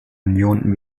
union